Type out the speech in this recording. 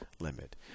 limit